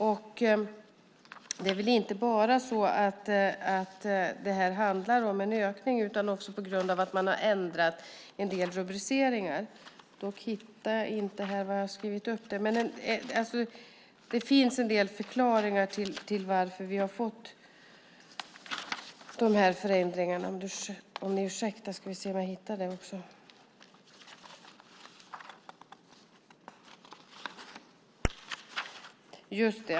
Det handlar väl inte bara om att det finns en ökning utan också om att man har ändrat en del rubriceringar. Det finns förklaringar till att vi har fått dessa förändringar.